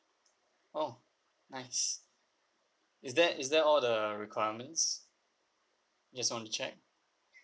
oh nice is that is that all the requirements just want to check